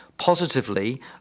positively